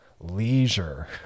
leisure